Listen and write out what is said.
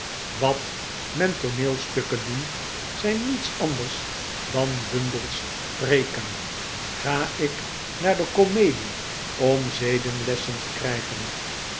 wat men tooneelstukken noemt zijn niets anders dari bundels preeken ga ik naar de komedie om zedenlessen te krijgen